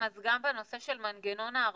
אז גם בנושא של מנגנון הארנונה,